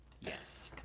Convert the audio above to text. Yes